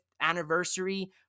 anniversary